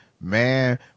man